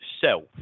self